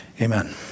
Amen